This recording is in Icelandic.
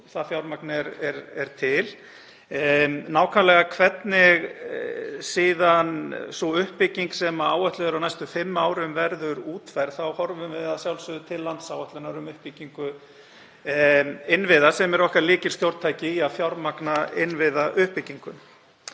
það fjármagn er til. En nákvæmlega hvernig síðan sú uppbygging sem áætluð er á næstu fimm árum verður útfærð, þá horfum við að sjálfsögðu til landsáætlunar um uppbyggingu innviða sem er okkar lykilstjórntæki í að fjármagna innviðauppbyggingu.